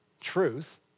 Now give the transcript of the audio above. truth